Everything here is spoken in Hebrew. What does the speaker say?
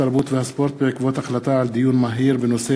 התרבות והספורט בעקבות דיון מהיר בנושא